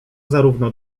zarówno